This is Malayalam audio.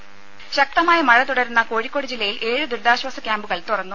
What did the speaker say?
രുമ ശക്തമായ മഴ തുടരുന്ന കോഴിക്കോട് ജില്ലയിൽ ഏഴ് ദുരിതാശ്വാസ ക്യാമ്പുകൾ തുറന്നു